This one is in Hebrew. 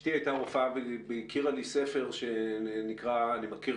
אשתי הייתה רופאה והיא הכירה לי ספר שאני בטוח